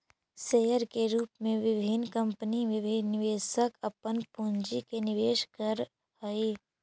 share के रूप में विभिन्न कंपनी में निवेशक अपन पूंजी के निवेश करऽ हइ